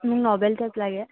মোক novel type লাগে